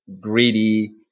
greedy